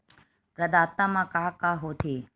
प्रदाता मा का का हो थे?